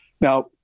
Now